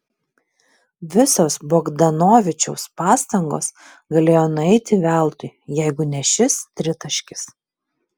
visos bogdanovičiaus pastangos galėjo nueiti veltui jeigu ne šis tritaškis